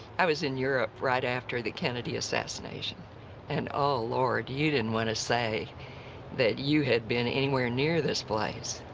i was in europe right after the kennedy assassination and, oh, lord, you didn't want to say that you had been anywhere near this place.